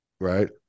right